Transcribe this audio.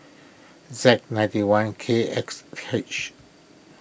Z ninety one K X H